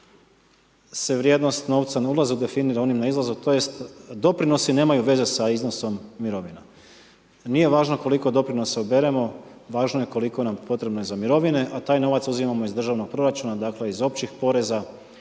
se vrijednost novca na ulazu definira onim na izlazu tj. doprinosi nemaju veze s iznosom mirovine. Nije važno koliko doprinosa uberemo, važno je koliko nam je potrebno za mirovine a taj novac uzimamo iz državnog proračuna, dakle iz općih poreza